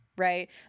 Right